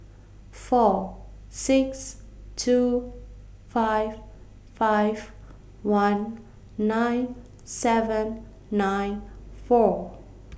four six two five five one nine seven nine four